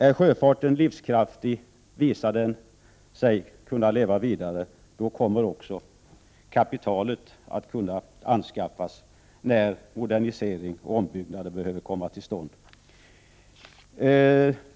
Är sjöfarten livskraftig och visar sig kunna leva vidare, då kommer också kapitalet att kunna anskaffas när modernisering och ombyggnader behöver komma till stånd.